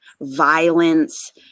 violence